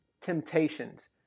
temptations